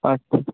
আচ্ছা